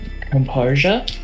composure